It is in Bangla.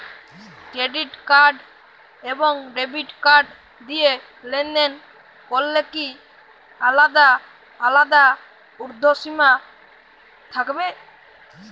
ক্রেডিট কার্ড এবং ডেবিট কার্ড দিয়ে লেনদেন করলে কি আলাদা আলাদা ঊর্ধ্বসীমা থাকবে?